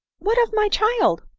what of my child?